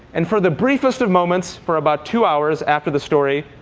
and for the briefest of moments, for about two hours after the story,